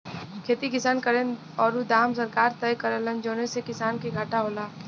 खेती किसान करेन औरु दाम सरकार तय करेला जौने से किसान के घाटा होला